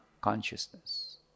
consciousness